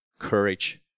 courage